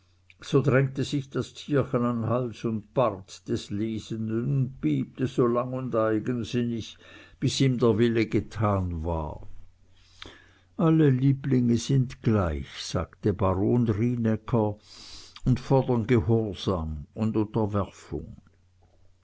so drängte sich das tierchen an hals und bart des lesenden und piepte so lang und eigensinnig bis ihm der wille getan war alle lieblinge sind gleich sagte baron rienäcker und fordern gehorsam und unterwerfung